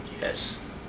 Yes